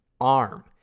arm